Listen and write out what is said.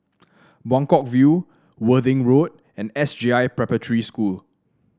Buangkok View Worthing Road and S J I Preparatory School